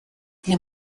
или